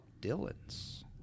Dylan's